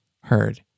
heard